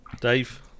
Dave